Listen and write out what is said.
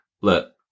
look